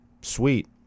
sweet